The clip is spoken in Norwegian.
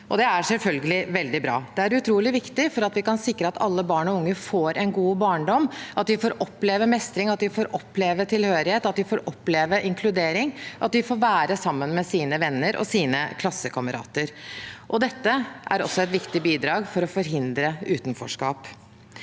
det er selvfølgelig veldig bra. Det er utrolig viktig for å sikre at alle barn og unge får en god barndom, får oppleve mestring, får oppleve tilhørighet, får oppleve inkludering og får være sammen med sine venner og sine klassekamerater. Det er også et viktig bidrag for å forhindre utenforskap.